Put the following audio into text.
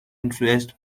influenced